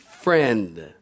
friend